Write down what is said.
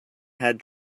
had